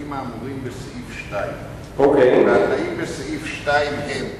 מהתנאים האמורים בסעיף 2. התנאים בסעיף 2 הם: